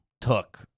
took